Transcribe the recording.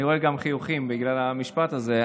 אני רואה גם חיוכים בגלל המשפט הזה.